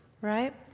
right